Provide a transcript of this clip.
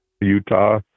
Utah